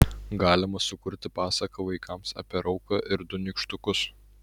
galima sukurti pasaką vaikams apie rauką ir du nykštukus